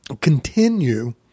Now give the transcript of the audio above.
continue